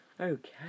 Okay